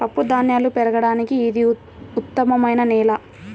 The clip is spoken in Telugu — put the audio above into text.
పప్పుధాన్యాలు పెరగడానికి ఇది ఉత్తమమైన నేల